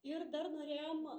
ir dar norėjom